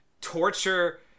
torture